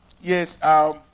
Yes